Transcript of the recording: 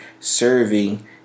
serving